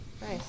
Nice